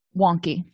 wonky